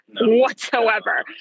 whatsoever